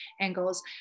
angles